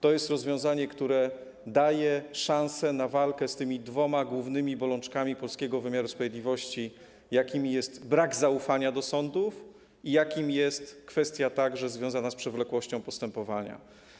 To jest rozwiązanie, które daje szansę na walkę z dwoma głównymi bolączkami polskiego wymiaru sprawiedliwości, jakimi są brak zaufania do sądów i kwestia związana z przewlekłością postępowania.